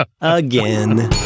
again